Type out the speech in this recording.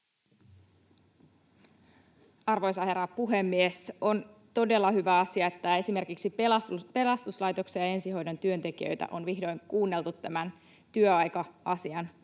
Arvoisa herra puhemies! On todella hyvä asia, että esimerkiksi pelastuslaitoksen ja ensihoidon työntekijöitä on vihdoin kuunneltu tämän työaika-asian kohdalla.